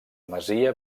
masia